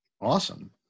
awesome